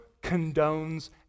condones